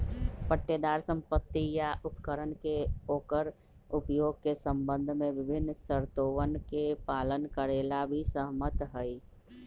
पट्टेदार संपत्ति या उपकरण के ओकर उपयोग के संबंध में विभिन्न शर्तोवन के पालन करे ला भी सहमत हई